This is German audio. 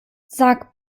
sag